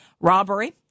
robbery